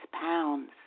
pounds